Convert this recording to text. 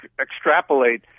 extrapolate